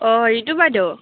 অঁ ৰিতু বাইদেউ